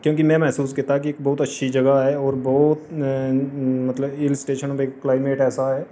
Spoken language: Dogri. क्यूंकि एह् में मैहसूस कीता कि इक बहुत अच्छी जगाह् ऐ मतलब हिल स्टेशन ऐ